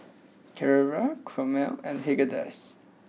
Carrera Chomel and Haagen Dazs